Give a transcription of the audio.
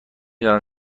دانم